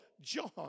John